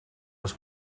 les